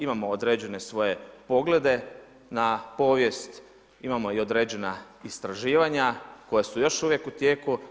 Imamo određene svoje poglede na povijest, imamo određena istraživanja koja su još uvijek u tijeku.